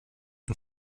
und